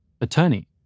Attorney